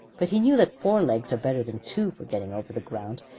but he knew that four legs are better than two for getting over the ground,